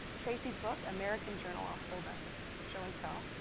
tracy's book, american journal. i'll hold up this show-and-tell.